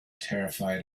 terrified